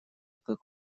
как